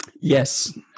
Yes